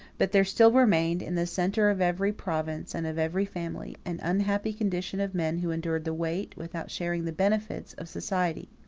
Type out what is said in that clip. but there still remained, in the centre of every province and of every family, an unhappy condition of men who endured the weight, without sharing the benefits, of society.